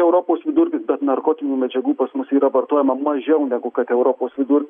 europos vidurkis bet narkotinių medžiagų pas mus yra vartojama mažiau negu kad europos vidur